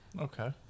Okay